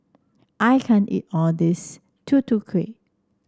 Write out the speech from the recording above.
I can't eat all this Tutu Kueh